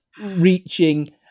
reaching